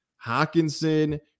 Hawkinson